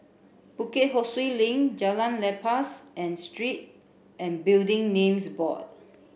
Bukit Ho Swee Link Jalan Lepas and Street and Building Names Board